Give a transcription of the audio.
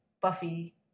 Buffy